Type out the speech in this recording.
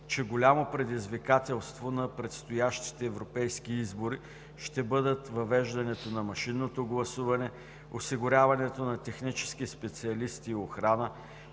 че голямо предизвикателство на предстоящите европейски избори ще бъдат въвеждането на машинното гласуване, осигуряването на технически специалисти и охрана,